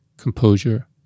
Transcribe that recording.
composure